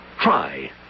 Try